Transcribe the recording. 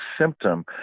symptom